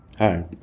Hi